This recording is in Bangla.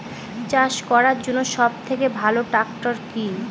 চাষ করার জন্য সবথেকে ভালো ট্র্যাক্টর কি?